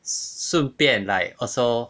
顺便 like also